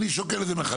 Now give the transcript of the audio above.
אני שוקל את זה מחדש.